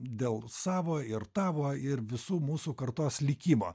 dėl savo ir tavo ir visų mūsų kartos likimo